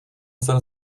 jsem